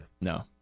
No